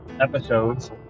episodes